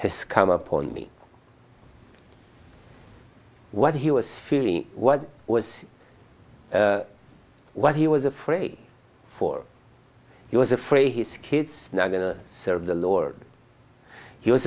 has come upon me what he was feeling what was what he was afraid for he was afraid his kids now going to serve the lord he was